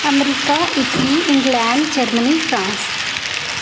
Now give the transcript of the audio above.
America Italy England Germany France